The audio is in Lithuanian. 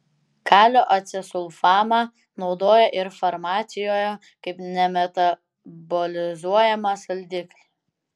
kalio acesulfamą naudoja ir farmacijoje kaip nemetabolizuojamą saldiklį